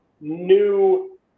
new